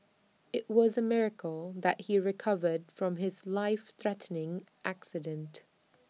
IT was A miracle that he recovered from his life threatening accident